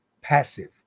passive